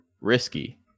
risky